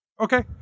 Okay